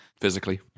physically